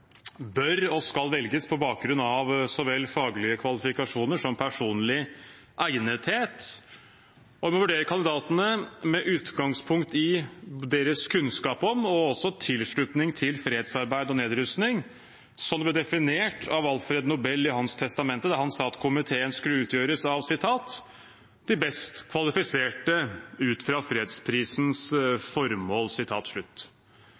bør og skal velges på bakgrunn av så vel faglige kvalifikasjoner som personlig egnethet. Man bør vurdere kandidatene med utgangspunkt i deres kunnskap om, og også tilslutning til, fredsarbeid og nedrustning, som det ble definert av Alfred Nobel i hans testamente, der han sa at komiteen skulle utgjøres av «de best kvalifiserte ut fra fredsprisens